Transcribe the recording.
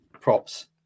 props